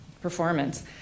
performance